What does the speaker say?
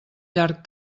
llarg